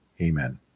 Amen